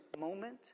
moment